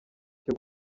cyo